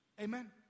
Amen